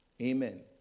Amen